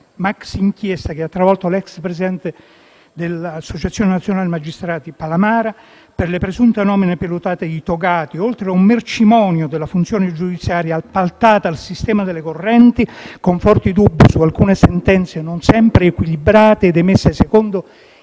maxi-inchiesta che ha travolto l'ex presidente dell'Associazione nazionale magistrati Palamara per le presunte nomine pilotate di togati, oltre a un mercimonio della funzione giudiziaria, appaltata al sistema delle correnti, con forti dubbi su alcune sentenze non sempre equilibrate ed emesse secondo